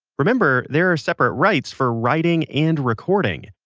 remember there are separate rights for writing and recording,